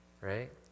right